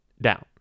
Down